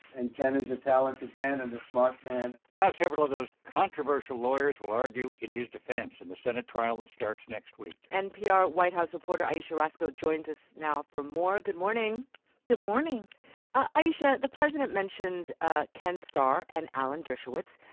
and ken is a talented man and a smart man now several of those controversial lawyers will argue in his defense in the senate trial that starts next week npr white house reporter ayesha rascoe joins us now for more good morning good morning ayesha, the president mentioned ah ken starr and alan dershowitz.